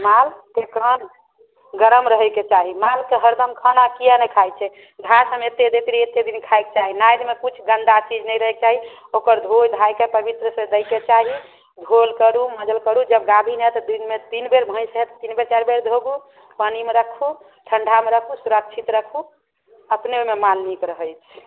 मालके कान गर्म रहैके चाही मालके हरदम खाना किएक नहि खाइत छै घास आरमे एतेक देखलियै एतेक दिन खायके चाही नादिमे किछु गन्दा चीज नहि रहैके चाही ओकर धोय धायके पवित्र करि दैके चाही धोअल करू मांँजल करू जब गाभिन हए तऽ दिनमे तीन बेर भैंस भैंस हए तऽ तीन बेर चारि बेर धोबू पानीमे रखू ठण्ढामे रखू सुरक्षित रखू अपने ओहिमे माल नीक रहैत छै